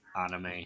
anime